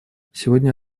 сегодня